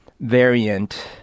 variant